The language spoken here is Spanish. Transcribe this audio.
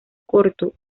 corto